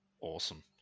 Awesome